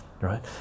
right